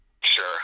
sure